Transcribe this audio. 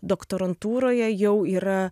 doktorantūroje jau yra